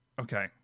okay